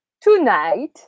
Tonight